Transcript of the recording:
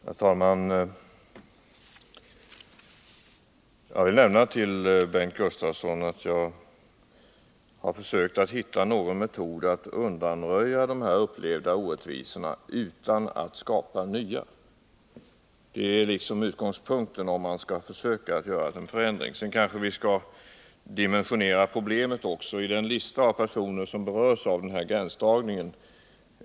Herr talman! Jag vill nämna för Bengt Gustavsson att jag har försökt att hitta någon metod för att undanröja dessa upplevda orättvisor utan att skapa några nya — det måste liksom vara utgångspunkten om man skall försöka göra någon förändring. Sedan skall vi kanske dimensionera problemet också. Det är ett 20-tal personer som berörs av den här gränsdragningen.